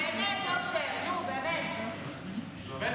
בית המשפט דוחף את האף שלו, באמת, אושר.